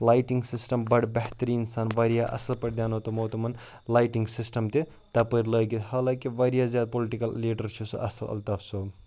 lighting system بَڑٕ بہتریٖن سان واریاہ اَصٕل پٲٹھۍ دیٛانو تمو تمَن لایٹِنٛگ سِسٹَم تہِ تَپٲرۍ لٲگِتھ حالانکہِ واریاہ زیادٕ پُلٹِکَل لیٖڈَر چھِ سُہ اَصٕل الطاف صٲب